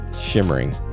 Shimmering